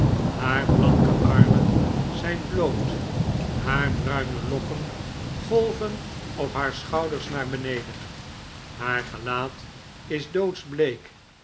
haar blanke armen zijn bloot haar bruine lokken golven op haar schouders naar beneden haar gelaat is